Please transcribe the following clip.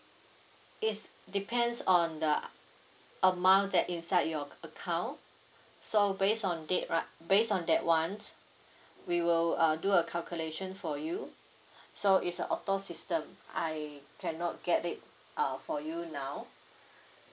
it's depends on the amount that inside your account so based on date right based on that one we will uh do a calculation for you so it's a auto system I cannot get it uh for you now